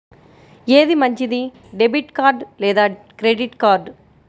ఏది మంచిది, debit card లేదా క్రెడిట్ కార్డ్?